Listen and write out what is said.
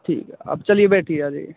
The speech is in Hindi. ठीक है आप चलिए बैठिए आ जाइए